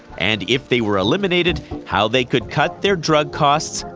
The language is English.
and if they were eliminated, how they could cut their drug costs,